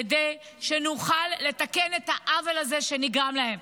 כדי שנוכל לתקן את העוול הזה שנגרם להם.